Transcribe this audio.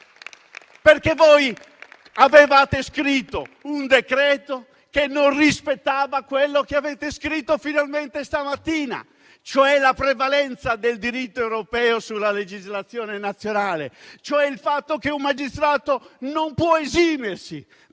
loro dovere! Avevate scritto un provvedimento che non rispettava quello che avete scritto finalmente stamattina, e cioè la prevalenza del diritto europeo sulla legislazione nazionale; il fatto che un magistrato non può esimersi